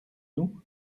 nous